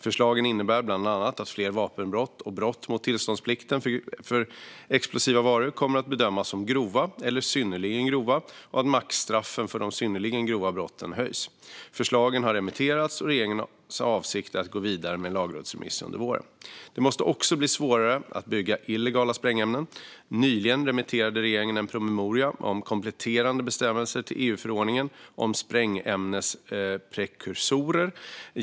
Förslagen innebär bland annat att fler vapenbrott och brott mot tillståndsplikten för explosiva varor kommer att bedömas som grova eller synnerligen grova och att maxstraffen för de synnerligen grova brotten höjs. Förslagen har remitterats, och regeringens avsikt är att gå vidare med en lagrådsremiss under våren. Det måste också bli svårare att bygga illegala sprängämnen. Nyligen remitterade regeringen en promemoria om kompletterande bestämmelser till EU-förordningen om sprängämnesprekursorer.